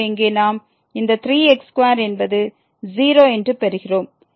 எனவே இங்கே நாம் இந்த 3 x2 என்பது 0 என்று பெறுகிறோம்